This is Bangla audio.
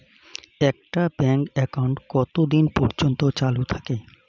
একটা ব্যাংক একাউন্ট কতদিন পর্যন্ত চালু থাকে?